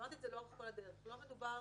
שלא מדובר